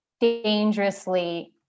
dangerously